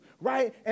right